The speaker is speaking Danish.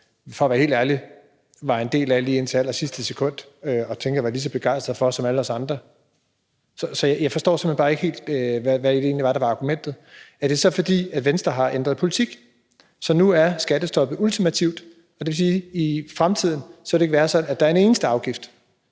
for at være helt ærlig – var en del af lige indtil allersidste sekund, og som jeg tænker man var lige så begejstret for som alle os andre. Så jeg forstår simpelt hen bare ikke helt, hvad det egentlig var, der var argumentet. Er det så, fordi Venstre har ændret politik, så skattestoppet nu er ultimativt, og at det vil sige, at der i fremtiden ikke vil være en eneste afgift,